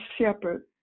shepherd